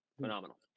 Phenomenal